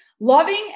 Loving